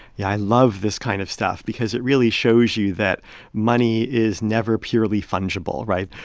yeah. i love this kind of stuff because it really shows you that money is never purely fungible, right?